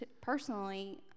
personally